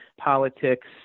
politics